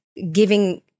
giving